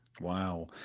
Wow